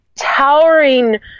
towering